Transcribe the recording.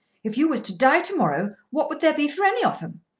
if you was to die to-morrow what would there be for any of em?